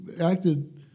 acted